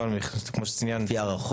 --- לא,